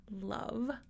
love